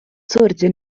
sorge